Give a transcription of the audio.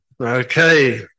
okay